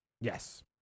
Yes